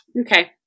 Okay